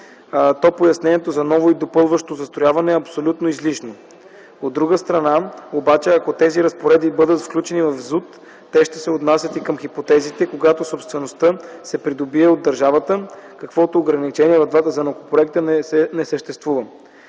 то пояснението за ново и допълващо застрояване е абсолютно излишно. От друга страна обаче, ако тези разпоредби бъдат включени в ЗУТ, те ще се отнасят и към хипотезите, когато собствеността се придобие от държавата, каквото ограничение в двата законопроекта не съществува.